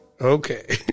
Okay